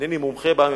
אינני מומחה בעמים,